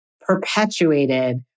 perpetuated